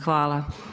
Hvala.